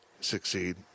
succeed